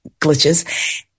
glitches